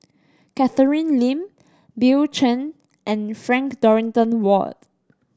Catherine Lim Bill Chen and Frank Dorrington Ward